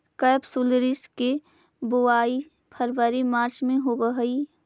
केपसुलरिस के बुवाई फरवरी मार्च में होवऽ हइ